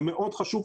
זה מאוד חשוב.